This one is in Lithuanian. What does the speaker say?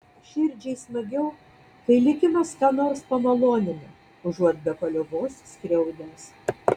širdžiai smagiau kai likimas ką nors pamalonina užuot be paliovos skriaudęs